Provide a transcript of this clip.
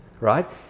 right